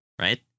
right